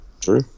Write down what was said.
True